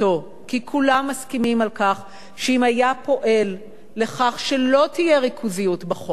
כי כולם מסכימים על כך שאם הוא היה פועל לכך שלא תהיה ריכוזיות בשוק,